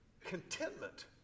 contentment